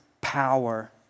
power